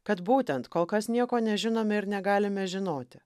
kad būtent kol kas nieko nežinome ir negalime žinoti